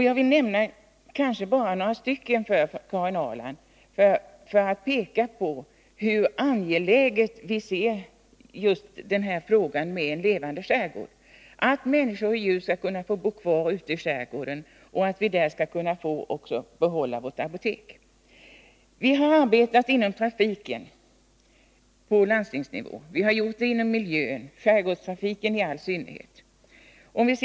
Jag vill nämna några av dessa för Karin Ahrland för att peka på hur angeläget det är att vi har en levande skärgård, så att människor och djur skall kunna bo kvar ute i skärgården, och att vi där också skall få behålla vårt apotek. Vi har på landstingsnivå arbetat på trafikens område, skärgårdstrafikens i all synnerhet, och vi har också gjort det när det gäller miljön.